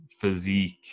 physique